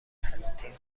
هستیم